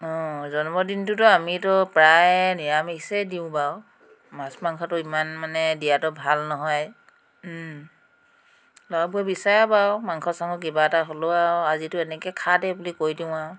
জন্মদিনটোতো আমিতো প্ৰায়েই নিৰামিষেই দিওঁ বাৰু মাছ মাংসটো ইমান মানে দিয়াতো ভাল নহয় ল'ৰাবোৰে বিচাৰে বাৰু মাংস চাংস কিবা এটা হ'লও আৰু আজিতো এনেকৈ খা দে বুলি কৈ দিওঁ আৰু